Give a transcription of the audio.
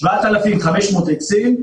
7,500 עצים.